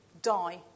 die